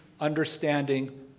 understanding